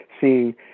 seeing